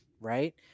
right